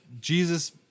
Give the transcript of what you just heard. Jesus